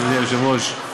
אדוני היושב-ראש,